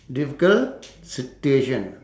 difficult situation